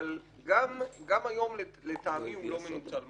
אבל גם היום, לטעמי, הוא לא מנוצל מספיק.